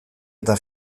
eta